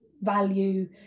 value